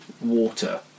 water